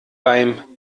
beim